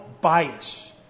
bias